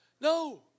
No